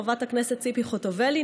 חברת הכנסת ציפי חוטובלי,